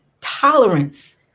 tolerance